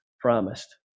promised